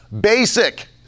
basic